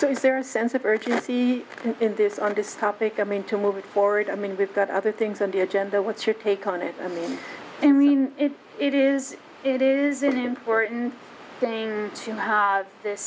so is there a sense of urgency in this on this topic i mean to move it forward i mean we've got other things on the agenda what's your take on it i mean i mean it is it is an important thing to